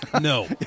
No